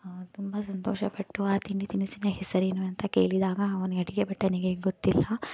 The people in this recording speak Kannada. ತುಂಬ ಸಂತೋಷಪಟ್ಟು ಆ ತಿಂಡಿ ತಿನಿಸಿನ ಹೆಸರೇನು ಅಂತ ಕೇಳಿದಾಗ ಅವನು ಅಡುಗೆ ಭಟ್ಟನಿಗೆ ಗೊತ್ತಿಲ್ಲ